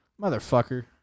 Motherfucker